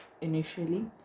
initially